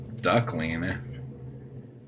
Duckling